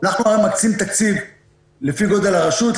אנחנו מקצים תקציב לפי גודל הרשות,